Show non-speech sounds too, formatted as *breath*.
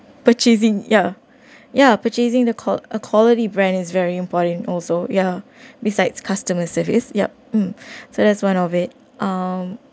purchasing ya ya purchasing the qua~ a quality brand is very important also ya *breath* besides customer service yup mm *breath* so that's one of it um